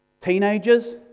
Teenagers